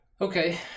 Okay